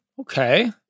Okay